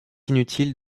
inutile